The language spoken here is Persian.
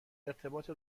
ارتباط